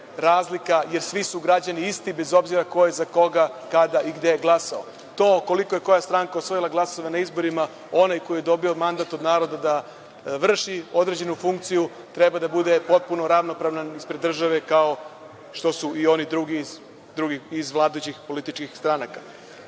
razlika, jer svi su građani isti, bez obzira ko je za koga, kada i gde glasao. To koliko je koja stranka osvojila glasova na izborima, onaj koji je dobio mandat od naroda da vrši određenu funkciju, treba da bude potpuno ravnopravan ispred države, kao što su i oni drugi iz vladajućih političkih stranaka. Takođe,